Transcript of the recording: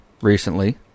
recently